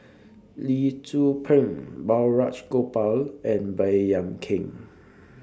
Lee Tzu Pheng Balraj Gopal and Baey Yam Keng